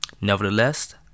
Nevertheless